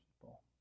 people